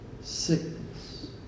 sickness